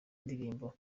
indirimbo